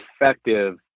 effective